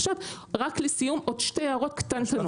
ועכשיו רק לסיום, עוד שתי הערות קטנטנות.